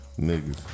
Niggas